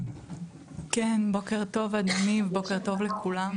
בוקר טוב אדוני, בוקר טוב לכולם.